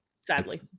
Sadly